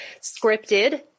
scripted